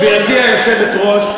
גברתי היושבת-ראש,